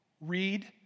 read